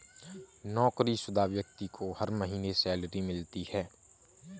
नौकरीशुदा व्यक्ति को हर महीने सैलरी मिलती है